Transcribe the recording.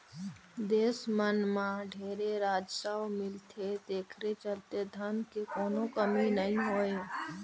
देस मन मं ढेरे राजस्व मिलथे तेखरे चलते धन के कोनो कमी नइ होय